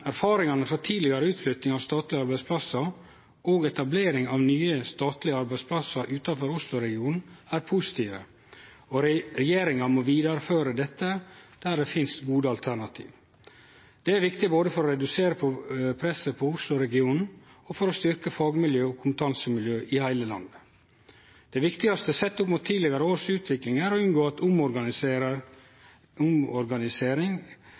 Erfaringane frå tidlegare utflytting av statlege arbeidsplassar og etablering av nye statlege arbeidsplassar utanfor Osloregionen er positive, og regjeringa må vidareføre dette der det finst gode alternativ. Det er viktig både for å redusere presset på Osloregionen og for å styrke fagmiljø og kompetansemiljø i heile landet. Det viktigaste sett opp mot tidlegare års utvikling, er å unngå at